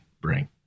bring